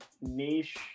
niche